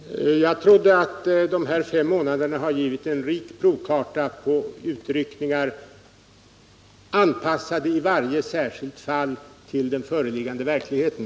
Herr talman! Jag trodde att man under de här fem månaderna hade fått en rik provkarta över utryckningar som i varje särskilt fall anpassats till den föreliggande verkligheten.